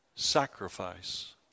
Sacrifice